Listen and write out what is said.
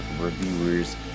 reviewers